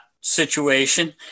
situation